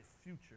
future